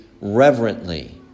reverently